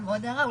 עוד הערה.